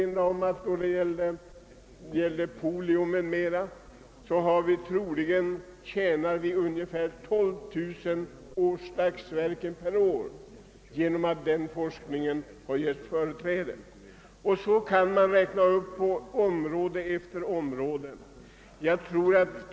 När det gäller polio tjänar vi troligen ungefär 12000 årsdagsverken genom att åt den forskningen har getts företräde. Sådana exempel kan ges från område efter område.